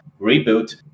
reboot